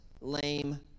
lame